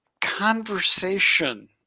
conversation